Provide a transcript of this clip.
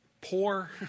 poor